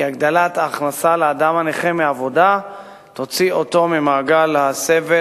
כי הגדלת ההכנסה לאדם הנכה מעבודה תוציא אותו ממעגל הסבל,